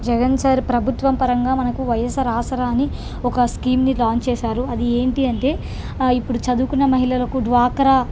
Jagan sir ప్రభుత్వం పరంగా మనకు వైఎస్ఆర్ ఆసరా అని ఒక స్కీమ్ని లాంచ్ చేసారు అది ఏంటి అంటే ఇప్పుడు చదువుకున్న మహిళలకు డ్వాక్రా